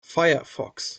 firefox